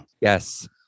Yes